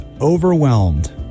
overwhelmed